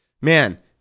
man